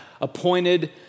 appointed